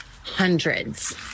Hundreds